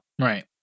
Right